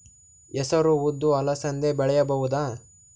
ಹೆಸರು ಉದ್ದು ಅಲಸಂದೆ ಬೆಳೆಯಬಹುದಾ?